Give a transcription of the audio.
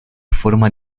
forma